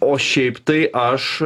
o šiaip tai aš